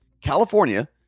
California